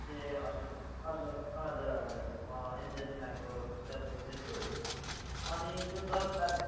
ए हजुर हजुर हुजर हजुर म एन्जिलिनाको टिचर बोल्दैछु अनि यो दस तारिख